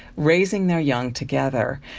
raising their young together.